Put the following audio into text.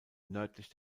nördlich